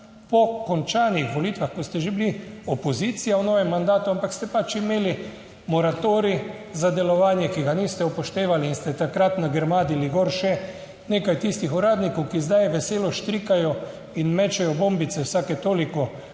po končanih volitvah, ko ste že bili opozicija v novem mandatu, ampak ste pač imeli moratorij za delovanje, ki ga niste upoštevali in ste takrat nagrmadili gor še nekaj tistih uradnikov, ki zdaj veselo štrikajo in mečejo bombice, vsake toliko, da nas